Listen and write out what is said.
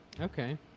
Okay